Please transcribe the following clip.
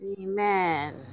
Amen